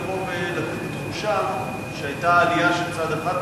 לבוא ולתת תחושה שהיתה עלייה של צד אחד.